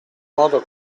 modo